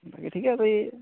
বাকী ঠিকে আছেই